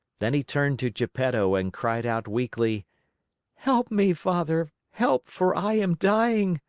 then he turned to geppetto and cried out weakly help me, father! help, for i am dying!